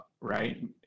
right